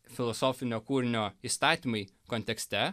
filosofinio kūrinio įstatymai kontekste